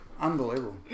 Unbelievable